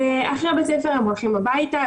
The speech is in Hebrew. אחרי בית הספר הם הולכים הביתה,